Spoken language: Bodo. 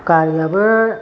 गारिआबो